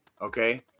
okay